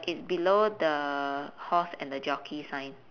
it's below the horse and the jockey sign